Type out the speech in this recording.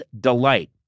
delight